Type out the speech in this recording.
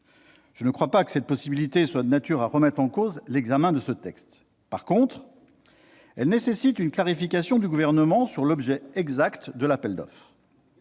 Je ne crois pas que cette possibilité soit de nature à remettre en cause l'examen de ce texte ; en revanche, elle nécessite une clarification de la part du Gouvernement sur l'objet exact de l'appel d'offres.